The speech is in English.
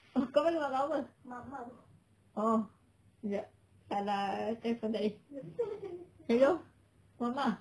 ah kau panggil mak kau apa oh sekejap salah telefon tadi hello mama